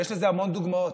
ויש לזה המון דוגמאות: